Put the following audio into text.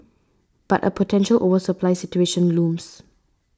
but a potential oversupply situation looms